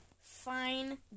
Fine